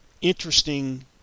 interesting